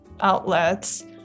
outlets